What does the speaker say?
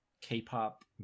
K-pop